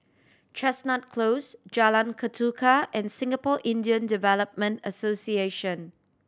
Chestnut Close Jalan Ketuka and Singapore Indian Development Association